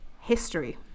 history